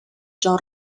john